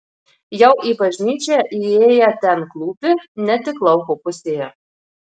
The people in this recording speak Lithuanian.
jau į bažnyčią įėję ten klūpi ne tik lauko pusėje